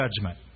judgment